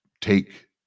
take